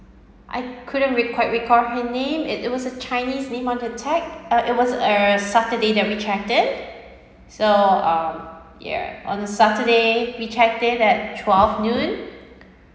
I couldn't quite recall her name it it was a chinese name on the tag uh it was a saturday that we checked in so um yeah on the saturday we checked in at twelve noon